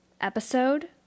episode